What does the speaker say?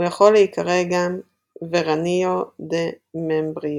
הוא יכול להיקרא גם Veranillo del Membrillo.